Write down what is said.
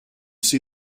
see